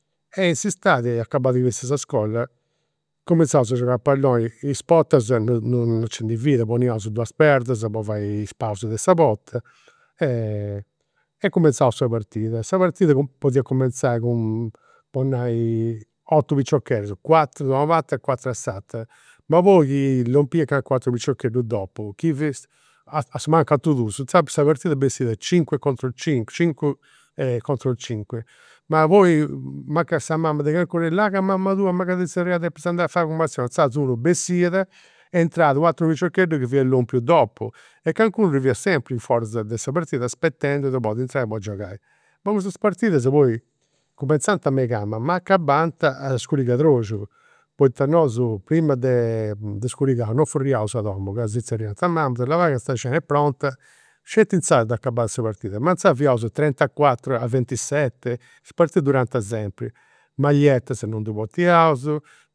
E in s'istadi, acabada chi fessit s'iscola, cumenzaus a giogai a palloni. Is portas non nci ndi fiat, poniaus duas perdas po fai is palus de sa porta e cumenzaus sa partida. Sa partida podia cumenzai cun, po nai, piciocheddus, cuatru a una parti e cuatru a s'atera. Ma poi chi lompiat calincunu ateru piciocheddu dopu, chi fessit, asumancus aterus dus, inzandus sa partida bessiat cinque contro cinque, cincu contro cinque, ma poi mancai sa mama de calincunu, là ca mama tua megat a ti zerriai depis andai a fai una cumissioni, inzaras unu bessiat e intrat u' ateru piciocheddu chi fiat lompiu dopu. E calincunu ddoi fiat sempri in foras de sa partida spettendi de podi intrai po giogai. Custas partidas poi cumenzant a ma acabant a scurigadroxu, poita nosu prima de de scurigau non furriaus a domu, ca si zerriant i' mamas, labai ca sa cena est pronta. Sceti inzaras dd'acabada sa partida, ma inzaras trentacuatro a ventisette, is partidas durant sempri, mallietas non ndi potiaus